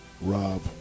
Rob